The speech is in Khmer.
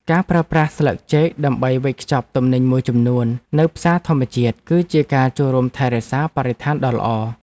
ការប្រើប្រាស់ស្លឹកចេកដើម្បីវេចខ្ចប់ទំនិញមួយចំនួននៅផ្សារធម្មតាគឺជាការចូលរួមថែរក្សាបរិស្ថានដ៏ល្អ។